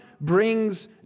brings